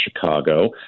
Chicago